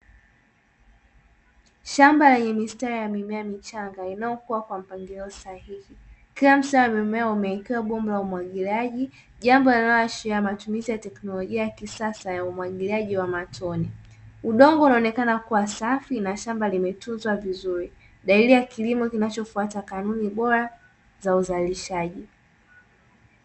Shamba lenye mistari ya mimea iliyopandwa kwa utaratibu udongo unaonekana ukiwa safi ikiwa inaashiria kilimo bora na chenye usafi